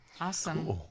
Awesome